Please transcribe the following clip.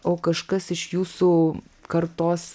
o kažkas iš jūsų kartos